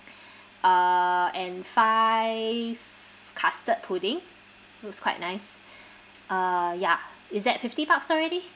uh and five custard pudding looks quite nice uh ya is that fifty bucks already